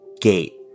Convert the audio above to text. gate